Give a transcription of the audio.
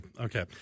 Okay